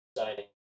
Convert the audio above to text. exciting